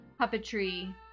puppetry